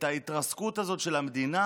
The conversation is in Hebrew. את ההתרסקות של המדינה,